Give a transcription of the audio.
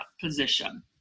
position